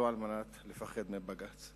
לא על מנת לפחד מבג"ץ.